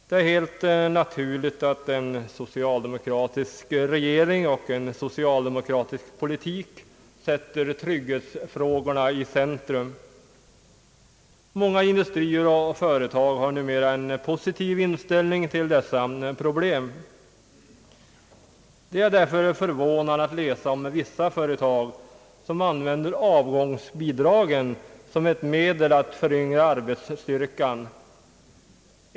Det är helt naturligt att en socialdemokratisk regering och en socialdemokratisk politik sätter trygghetsfrågorna i centrum. Många industrier och företag har numera en positiv inställning till dessa problem. Det är därför förvånande att läsa om vissa företag som använder avgångsbidragen som ett medel att föryngra arbetsstyrkan.